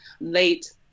late